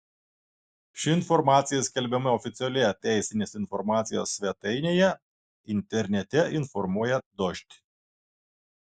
ši informacija skelbiama oficialioje teisinės informacijos svetainėje internete informuoja dožd